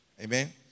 Amen